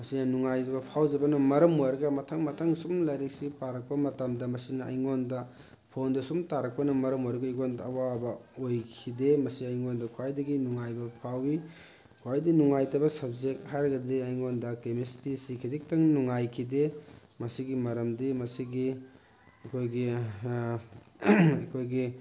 ꯃꯁꯤꯅ ꯅꯨꯡꯉꯥꯏꯖꯕ ꯐꯥꯎꯖꯕꯅ ꯃꯔꯝ ꯑꯣꯏꯔꯒ ꯃꯊꯪ ꯃꯊꯪ ꯁꯨꯝ ꯂꯥꯏꯔꯤꯛꯁꯤ ꯄꯥꯔꯛꯄ ꯃꯇꯝꯗ ꯃꯁꯤꯅ ꯑꯩꯉꯣꯟꯗ ꯐꯣꯟꯗꯨ ꯁꯨꯝ ꯇꯥꯔꯛꯄꯅ ꯃꯔꯝ ꯑꯣꯏꯔꯒ ꯑꯩꯉꯣꯟꯗ ꯑꯋꯥꯕ ꯑꯣꯏꯈꯤꯗꯦ ꯃꯁꯤ ꯑꯩꯉꯣꯟꯗ ꯈ꯭ꯋꯥꯏꯗꯒꯤ ꯅꯨꯡꯉꯥꯏꯕ ꯐꯥꯎꯋꯤ ꯈ꯭ꯋꯥꯏꯗꯩ ꯅꯨꯡꯉꯥꯏꯇꯕ ꯁꯕꯖꯦꯛ ꯍꯥꯏꯔꯒꯗꯤ ꯑꯩꯉꯣꯟꯗ ꯀꯦꯃꯤꯁꯇ꯭ꯔꯤꯁꯤ ꯈꯖꯤꯛꯇꯪ ꯅꯨꯡꯉꯥꯏꯈꯤꯗꯦ ꯃꯁꯤꯒꯤ ꯃꯔꯝꯗꯤ ꯃꯁꯤꯒꯤ ꯑꯩꯈꯣꯏꯒꯤ ꯑꯩꯈꯣꯏꯒꯤ